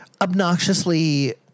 obnoxiously